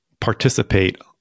participate